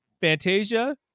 Fantasia